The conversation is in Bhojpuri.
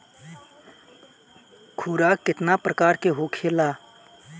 खुराक केतना प्रकार के होखेला?